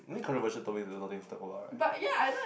I think controversial topics got a lot of things to talk about right